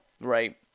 Right